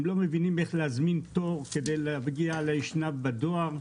הם לא מבינים איך להזמין תור כדי להגיע לאשנב בדואר,